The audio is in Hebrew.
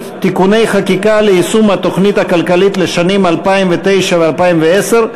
(תיקוני חקיקה ליישום התוכנית הכלכלית לשנים 2009 ו-2010)